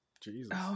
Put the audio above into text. Jesus